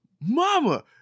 Mama